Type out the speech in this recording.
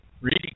reading